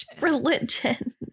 religion